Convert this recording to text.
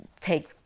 take